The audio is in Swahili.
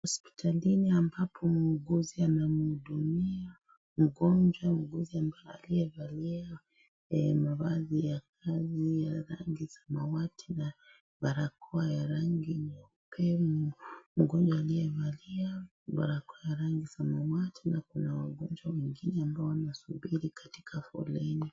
Hospitalini ambapo muuguzi anamhudumia mgonjwa , muuguzi ambaye amevalia mavazi ya kazi ya rangi samawati na barakoa ya rangi nyeupe mno. Mgonjwa aliyevalia barakoa ya rangi samawati na kuna wagonjwa wengine waliosubiri katika foleni.